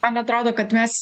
man atrodo kad mes